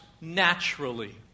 naturally